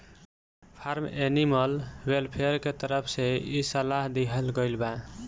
form animal welfare के तरफ से इ सलाह दीहल गईल बा